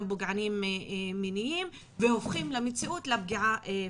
וגם פוגעניים מינית והם הופכים במציאות לפגיעה פיזית.